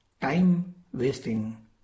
time-wasting